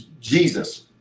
Jesus